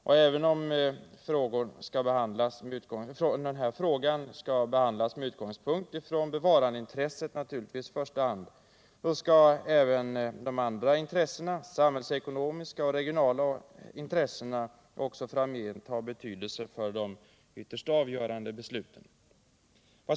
Och även om denna fråga naturligtvis i första hand skall behandlas med utgångspunkt i bevarandeintressena kommer också de samhällsekonomiska och regionala intressena att framöver ha stor betydelse för de avgörande besluten.